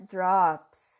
Drops